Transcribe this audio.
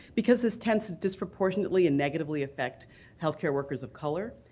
because this tends to disproportionately and negatively affect health care workers of color.